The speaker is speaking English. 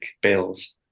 bills